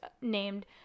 named